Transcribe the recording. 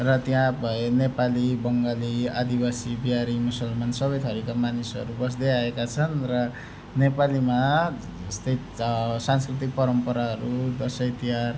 र त्यहाँ भए नेपाली बङ्गाली आदिवासी बिहारी मुसलमान सबै थरीका मानिसहरू बस्दै आएका छन् र नेपालीमा जस्तै सांस्कृतिक परम्पारहरू दसैँ तिहार